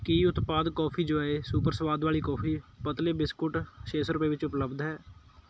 ਕੀ ਉਤਪਾਦ coffee joy super ਸਵਾਦ ਵਾਲੀ ਕੌਫੀ ਪਤਲੇ ਬਿਸਕੁਟ ਛੇ ਸੌ ਰੁਪਏ ਵਿੱਚ ਉਪਲਬਧ ਹੈ